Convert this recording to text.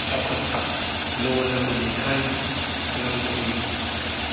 ꯆꯥꯎꯈꯠꯄ ꯂꯣꯟ ꯑꯃꯅꯤ ꯍꯥꯏꯕ ꯂꯧꯒꯅꯤ